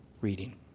reading